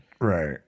right